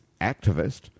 activist